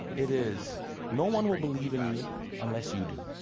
it is no one will believe in you unless you do.